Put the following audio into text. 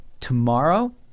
tomorrow